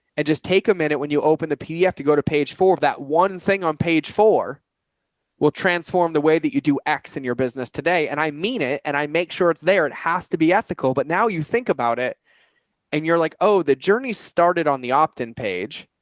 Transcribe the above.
and just take a minute. when you open the pdf to go to page four of that, one thing on page four will transform the way that you do acts in your business today. and i mean it, and i make sure it's there. it has to be ethical, but now you think about it and you're like, oh, the journey started on the opt-in page.